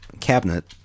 cabinet